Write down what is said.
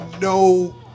no